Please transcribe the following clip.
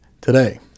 Today